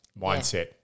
mindset